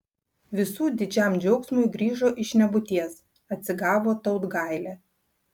visų didžiam džiaugsmui grįžo iš nebūties atsigavo tautgailė